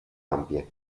ampie